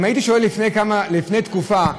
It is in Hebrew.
אם הייתי שואל לפני תקופה,